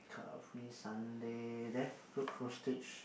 car free Sunday there